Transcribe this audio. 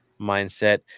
mindset